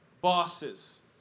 bosses